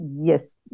yes